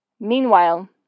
Meanwhile